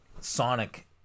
Sonic